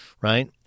right